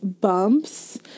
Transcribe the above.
bumps